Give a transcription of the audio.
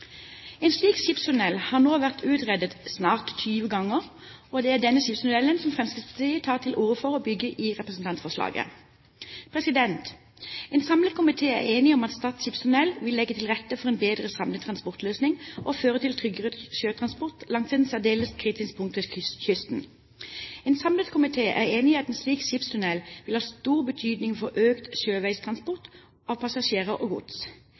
En slik skipstunnel har nå vært utredet snart 20 ganger, og det er denne skipstunnelen som Fremskrittspartiet tar til orde for å bygge i representantforslaget. En samlet komité er enig om at Stad skipstunnel vil legge til rette for en bedre samlet transportløsning og føre til tryggere sjøtransport langs et særdeles kritisk punkt ved kysten. En samlet komité er enig om at en slik skipstunnel vil ha stor betydning for økt sjøveis transport av passasjerer og gods.